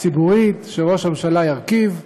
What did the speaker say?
ציבורית שראש הממשלה ירכיב,